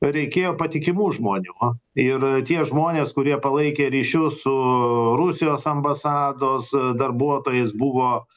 reikėjo patikimų žmonių ir tie žmonės kurie palaikė ryšius su rusijos ambasados darbuotojais buvo